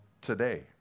today